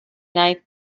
night